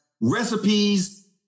recipes